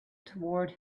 toward